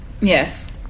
Yes